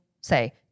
say